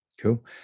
Cool